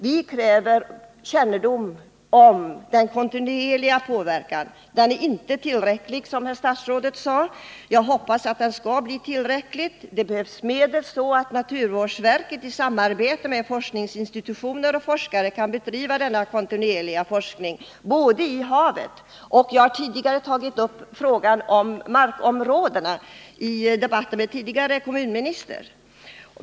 Vi kräver kännedom om den kontinuerliga påverkan. Den är inte tillräcklig, som herr statsrådet påpekade. Jag hoppas att den skall bli tillräcklig. Därtill behövs medel så att naturvårdsverket i samarbete med forskningsinstitutioner och forskare kan driva på denna kontinuerliga forskning. Jag har tidigare tagit upp frågan om oljans påverkan på markområdena i debatter med förutvarande kommunminister.